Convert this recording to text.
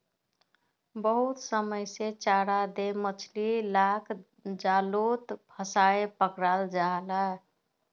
बहुत समय से चारा दें मछली लाक जालोत फसायें पक्राल जाहा